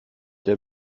der